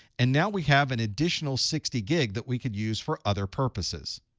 and now we have an additional sixty gig that we could use for other purposes.